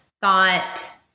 thought